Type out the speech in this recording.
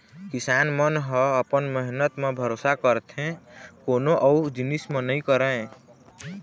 किसान मन ह अपन मेहनत म भरोसा करथे कोनो अउ जिनिस म नइ करय